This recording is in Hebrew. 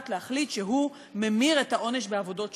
להחליט שהוא ממיר את העונש בעבודות שירות?